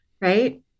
right